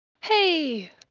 Hey